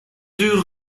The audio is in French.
deux